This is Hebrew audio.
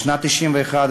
בשנת 1991,